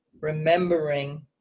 remembering